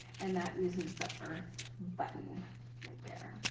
and that uses the earth button right there.